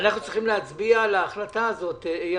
צריכים להצביע על ההחלטה הזאת.